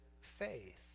faith